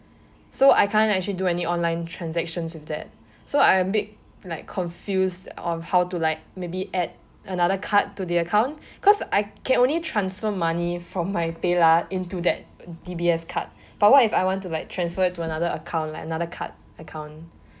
so I can't actually do any online transactions with that so I am a bit like confused of how to like maybe add another card to the account cause I can only transfer money from my paylah into that D_B_S card but what if I want to like transfer it into another account like another card account